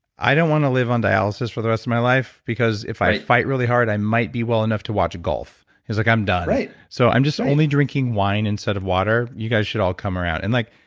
i don't want to live on dialysis for the rest of my life because if i fight really hard, i might be well enough to watch golf. he's like, i'm done. i'm so i'm just only drinking wine, instead of water. you guys should all come around. i'm and like,